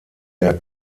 der